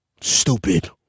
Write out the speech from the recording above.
Stupid